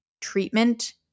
treatment